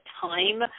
time